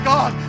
God